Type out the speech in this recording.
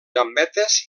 gambetes